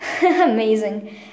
amazing